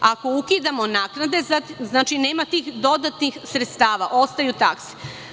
Ako ukidamo naknade, nema tih dodatnih sredstava, ostaju takse.